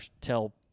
tell